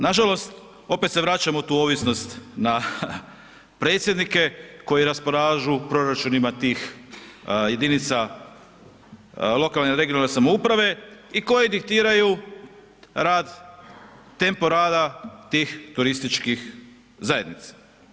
Nažalost opet se vraćamo u tu ovisnost na predsjednike koji raspolažu proračunima tih jedinica lokalne (regionalne) samouprave i koji diktiraju rad, tempo rada tih turističkih zajednica.